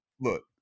Look